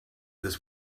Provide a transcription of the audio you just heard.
this